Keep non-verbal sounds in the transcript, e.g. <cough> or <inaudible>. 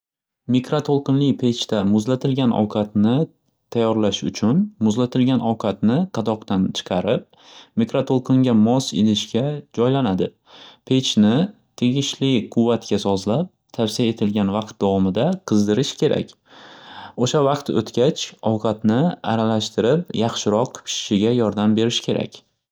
Mikratolqinli pechda muzlatilgan ovqatni tayorlash uchun muzlatilgan ovqatni qadoqdan chiqarib mikratolqinga mos idishga joylanadi. Pechni tegishli quvvatga sozlab <unintelligible> etilgan vaqt davomida qizdirish kerak. O'sha vaqt o'tgach ovqatni aralashtirib yaxshiroq pishishiga yordam berish kerak.